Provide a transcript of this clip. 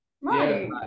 right